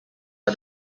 are